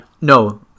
No